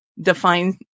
define